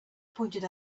pointed